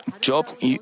Job